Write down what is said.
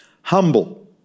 Humble